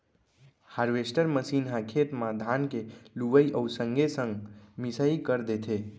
harvester machine ह खेते म धान के लुवई अउ संगे संग मिंसाई कर देथे